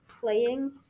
playing